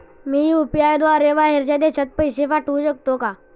मी UPI द्वारे बाहेरच्या देशात पैसे पाठवू शकतो का?